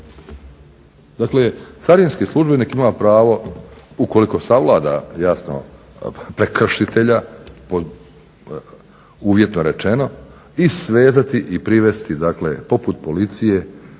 Dakle, carinski službenik ima pravo ukoliko savlada jasno prekršitelja, uvjetno rečeno, i svezati i privesti dakle poput Policije